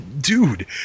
dude